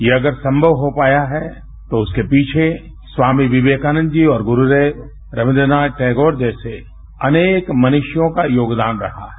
यह अगर संगव हो पाया है तो उसके पीछे स्वामी विवेकानंद जी और ग्रूदेव रविन्द्र नाथ टैगोर जैसे अनेक मनृष्यों का योगदान रहा है